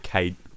Kate